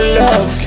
love